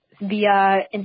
via